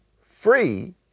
free